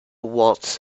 waltz